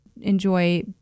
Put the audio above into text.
enjoy